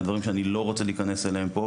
ואלו דברים שאני לא רוצים להיכנס אליהם פה,